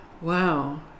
wow